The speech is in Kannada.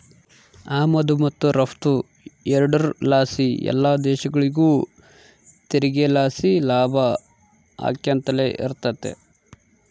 ಆಮದು ಮತ್ತು ರಫ್ತು ಎರಡುರ್ ಲಾಸಿ ಎಲ್ಲ ದೇಶಗುಳಿಗೂ ತೆರಿಗೆ ಲಾಸಿ ಲಾಭ ಆಕ್ಯಂತಲೆ ಇರ್ತತೆ